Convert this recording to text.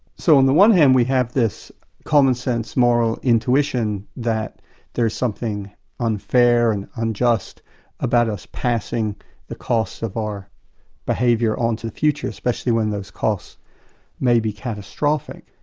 so, on the one hand we have this commonsense moral intuition that there is something unfair and unjust about us passing on the costs of our behaviour on to the future, especially when those costs may be catastrophic.